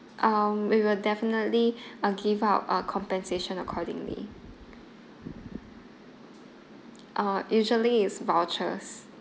um we will definitely uh give out uh compensation accordingly uh usually is vouchers